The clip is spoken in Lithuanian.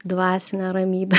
dvasinę ramybę